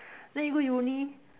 then you go uni